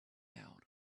out